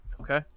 Okay